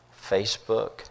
Facebook